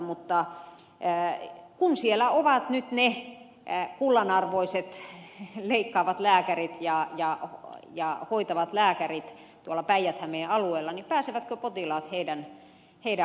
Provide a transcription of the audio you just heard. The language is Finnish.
mutta kun tuolla päijät hämeen alueella ovat nyt ne kullanarvoiset leikkaavat ja hoitavat lääkärit niin pääsevätkö potilaat heidän hoitoonsa